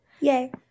Yay